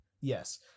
yes